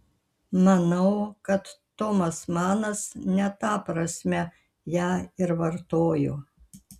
manau kad tomas manas ne ta prasme ją ir vartojo